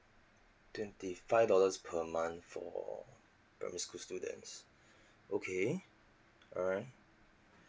twenty five dollars per month for primary school students okay uh